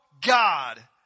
God